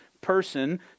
person